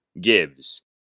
gives